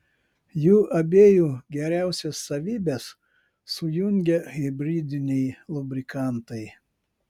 jų abiejų geriausias savybes sujungia hibridiniai lubrikantai